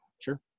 Sure